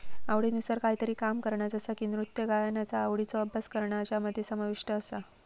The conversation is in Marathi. आवडीनुसार कायतरी काम करणा जसा की नृत्य गायनाचा आवडीचो अभ्यास करणा ज्यामध्ये समाविष्ट आसा